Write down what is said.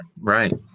Right